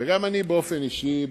וגם אני באופן אישי,